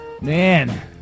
Man